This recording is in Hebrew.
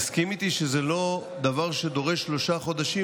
תסכים איתי שזה לא דבר שדורש שלושה חודשים,